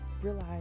realize